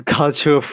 culture